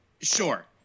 Sure